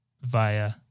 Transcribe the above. via –